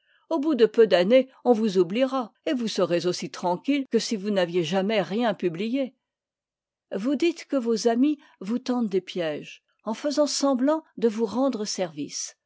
au bout de peu d'années on vous oubliera et vous serez aussi tranquille que si vous n'aviez jamais rien publié vous dites que vos amis vous tendent des piéges en faisant semblant de vous rendre service